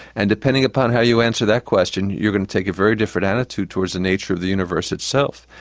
and depending upon how you answer that question you can take a very different attitude towards the nature of the universe itself.